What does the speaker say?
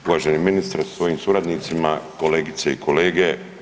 Uvaženi ministre sa svojim suradnicima, kolegice i kolege.